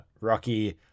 Rocky